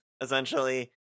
essentially